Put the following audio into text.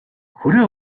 хүрээ